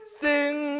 sing